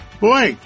boy